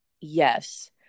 Yes